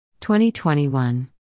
2021